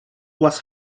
was